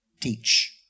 teach